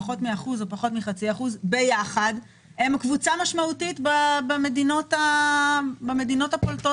ביחד הן קבוצה משמעותית במדינות הפולטות